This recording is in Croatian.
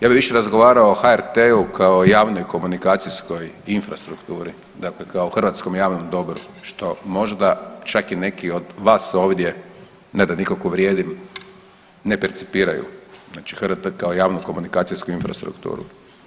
Ja bih više razgovarao o HRT kao javnoj komunikacijskom infrastrukturi, dakle kao o hrvatskom javnom dobru što možda čak i neki od vas ovdje ne da nikog uvrijedim, ne percipiraju, znači HRT kao javnu komunikacijsku infrastrukturu.